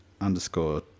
underscore